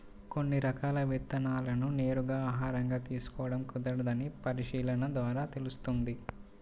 కొన్ని రకాల విత్తనాలను నేరుగా ఆహారంగా తీసుకోడం కుదరదని పరిశీలన ద్వారా తెలుస్తుంది